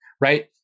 right